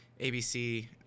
ABC